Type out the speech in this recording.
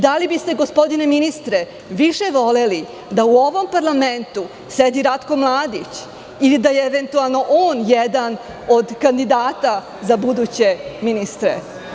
Da li biste, gospodine ministre, više voleli da u ovom parlamentu sedi Ratko Mladić ili da je eventualno on jedan od kandidata za buduće ministre?